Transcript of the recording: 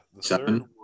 seven